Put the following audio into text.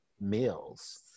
meals